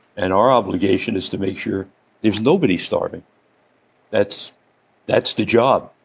and our obligation is to make sure there's nobody starving that's that's the job.